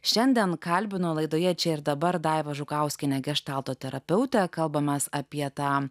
šiandien kalbino laidoje čia ir dabar daiva žukauskiene geštalto terapeutė kalbamės apie tą